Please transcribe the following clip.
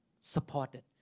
supported